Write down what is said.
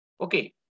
Okay